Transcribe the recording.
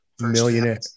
Millionaire